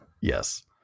yes